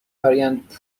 فرایند